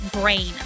Brain